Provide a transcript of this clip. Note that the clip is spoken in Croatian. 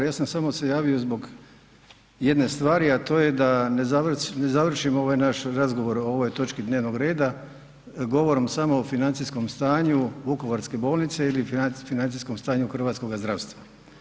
Ja sam samo se javio zbog jedne stvari, a to je da ne završim ovaj naš razgovor o ovoj točki dnevnog reda govorom samo o financijskom stanju Vukovarske bolnice ili financijskom stanju hrvatskoga zdravstva.